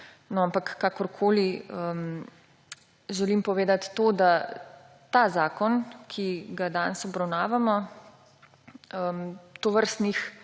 vendarle odpravi. Želim povedati to, da ta zakon, ki ga danes obravnavamo, tovrstnih